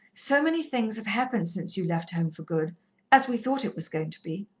so many things have happened since you left home for good as we thought it was going to be.